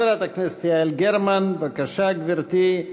חברת הכנסת יעל גרמן, בבקשה, גברתי.